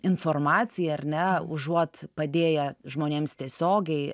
informacija ar ne užuot padėję žmonėms tiesiogiai